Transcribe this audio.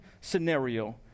scenario